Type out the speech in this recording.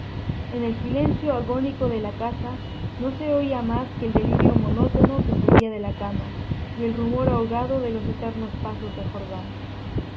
en el silencio agónico de la casa no se oía más que el delirio monótono que salía de la cama y el rumor ahogado de los eternos pasos de jordán